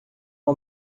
uma